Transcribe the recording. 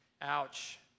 Ouch